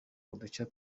udushya